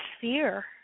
fear